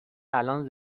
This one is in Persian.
الان